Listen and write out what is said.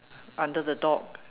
under the dog